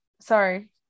Sorry